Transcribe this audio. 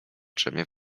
drzemie